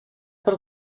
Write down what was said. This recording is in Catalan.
per